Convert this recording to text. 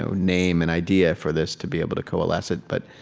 so name and idea for this to be able to coalesce it, but,